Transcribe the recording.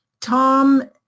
Tom